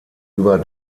über